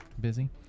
Busy